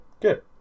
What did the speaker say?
good